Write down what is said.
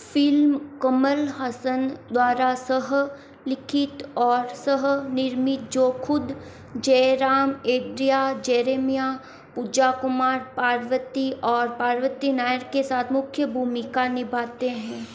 film Kamal Haasan द्वारा सहलिखित और सहनिर्मित जो खुद जयराम एंड्रिया जेरेमिया पूजा कुमार पार्वती और पार्वती नायर के साथ मुख्य भूमिका निभाते हैं